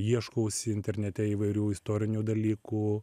ieškausi internete įvairių istorinių dalykų